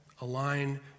align